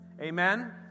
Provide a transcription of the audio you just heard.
Amen